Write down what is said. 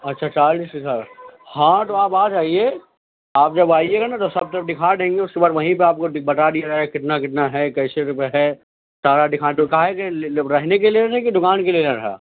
اچھا چالیس ہزار ہاں تو آپ آ جائیے آپ جب آئیے گا نا تو سب طرف دکھا دیں گے اس کے بعد وہیں پہ آپ کو بتا دیا جائے گا کتنا کتنا ہے کیسے روپئے ہے سارا دکھا تو کا ہے کے لیے جب رہنے کے لیے کہ دکان کے لیے لینا تھا